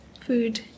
food